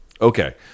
Okay